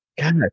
God